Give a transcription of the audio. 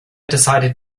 decided